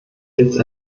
jetzt